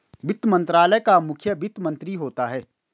वित्त मंत्रालय का मुखिया वित्त मंत्री होता है